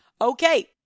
Okay